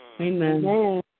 Amen